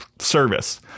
service